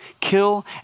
kill